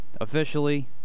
officially